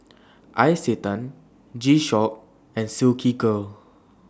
Isetan G Shock and Silkygirl